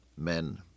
men